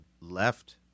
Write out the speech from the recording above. left